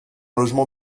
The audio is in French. logement